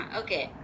okay